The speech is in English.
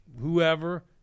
whoever